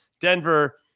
Denver